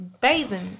bathing